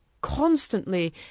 constantly